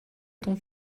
ton